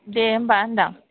दे होनबा होनदां